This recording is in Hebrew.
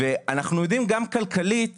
אנחנו יודעים גם כלכלית,